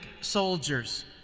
soldiers